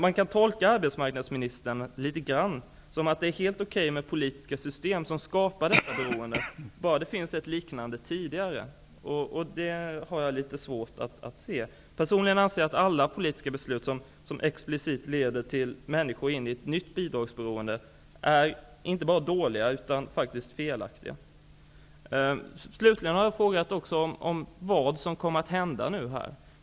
Man kan tolka arbetsmarknadsministern litet grand som att det är helt okej med politiska system som skapar beroende bara det finns ett liknande system tidigare. Det har jag litet svårt att inse. Personligen anser jag att alla politiska beslut som explicit leder in människor i ett nytt bidragsberoende är inte bara dåliga, utan faktiskt felaktiga. Slutligen har jag frågat vad som kommer att hända nu?